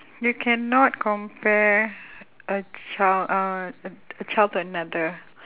you cannot compare a child uh a a child to another